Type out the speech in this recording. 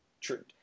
True